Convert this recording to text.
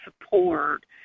support